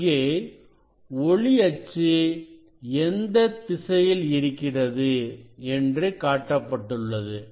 இங்கே ஒளி அச்சு எந்த திசையில் இருக்கிறது என்று காட்டப்பட்டுள்ளது